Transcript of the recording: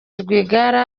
rwigara